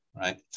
right